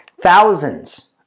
thousands